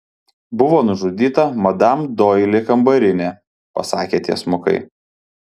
buvo nužudyta madam doili kambarinė pasakė tiesmukai